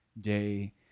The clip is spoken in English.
day